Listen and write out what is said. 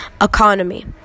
economy